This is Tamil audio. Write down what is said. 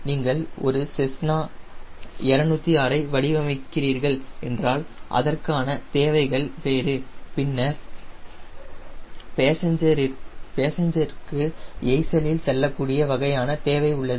நீங்கள் ஒரு செஸ்னா 206 ஐ வடிவமைக்கிறீர்கள் என்றால் அதற்கான தேவைகள் வேறு பின்னர் பேசஞ்சர்ற்கு ஏய்சல் இல் செல்லகூடிய வகையிலான தேவை உள்ளது